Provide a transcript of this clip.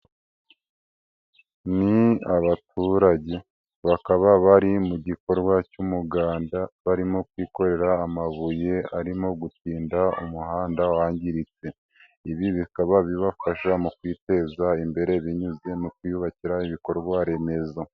Ni abaturage bakaba bari mu gikorwa cy'umuganda, barimo kwikorera amabuye barimo gutinda umuhanda wangiritse. Ibi bikaba bibafasha mu kwiteza imbere binyuze mu kwiyubakira ibikorwa remezo.